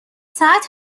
ساعت